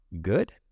good